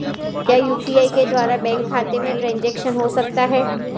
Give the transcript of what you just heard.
क्या यू.पी.आई के द्वारा बैंक खाते में ट्रैन्ज़ैक्शन हो सकता है?